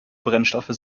brennstoffe